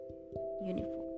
uniform